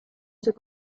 suoi